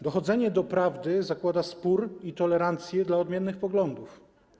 Dochodzenie do prawdy zakłada spór i tolerancję dla odmiennych poglądów.